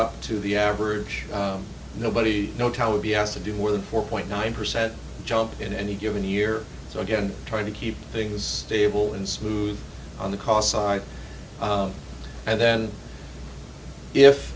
up to the average nobody no towel be asked to do more than four point nine percent jump in any given year so again trying to keep things stable and smooth on the cost side and then if